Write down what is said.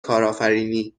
کارآفرینی